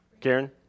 Karen